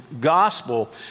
gospel